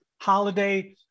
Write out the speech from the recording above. holiday